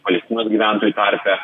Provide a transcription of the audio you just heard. palestinos gyventojų tarpe